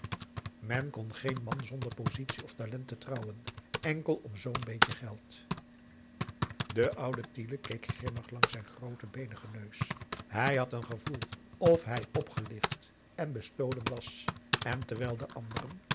men kon geen man zonder positie of talent trouwen enkel om zoo'n beetje geld de oude tiele keek grimmig langs zijn grooten beenigen neus hij had een gevoel of hij opgelicht en bestolen was en terwijl de anderen